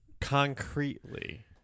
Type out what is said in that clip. concretely